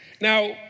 Now